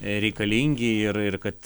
reikalingi ir ir kad